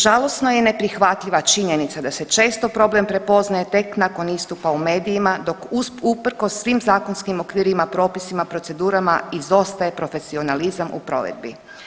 Žalosno je i neprihvatljiva činjenica da se često problem prepoznaje tek nakon istupa u medijima dok uprkos svim zakonskim okvirima, propisima, procedurama izostaje profesionalizam u provedbi.